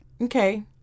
okay